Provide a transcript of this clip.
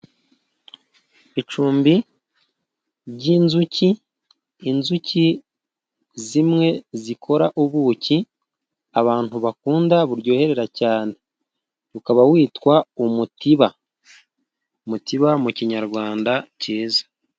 Icumbi ry'inzuki, inzuki zimwe zikora ubuki, abantu bakunda, buryohera cyane. Ukaba witwa umutiba. Umutiba mu Kinyarwanda cyiza.